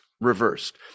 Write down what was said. reversed